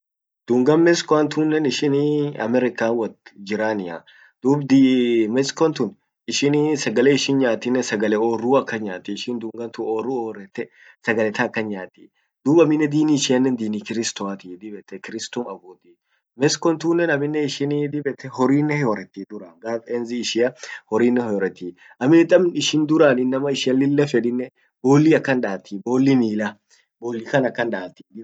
Dungan Mexicoah ishin American wot jirania .dub Mexico tun ishin sagale ishin nyaatinnen sagale orru akan nyaati, ishin dungan tun orru orrete, sagale tan akan nyaati. Dub ammminen dini ishian dini kristoati, dib ete kristo abuddi .Mexico tunnen aminnen dib ette horrinnen hiorretii duran gaf enzi ishia horrinen hioretti. amminen tabn ishin duran inama ishian lilla fedinnen, bolli akan daati, bolli mila bolli kan akan daati dib ete.